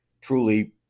truly